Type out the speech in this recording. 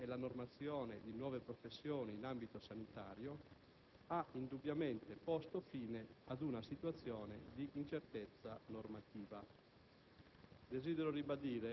per l'individuazione e la normazione di nuove professioni in ambito sanitario, ha indubbiamente posto fine ad una situazione di incertezza normativa.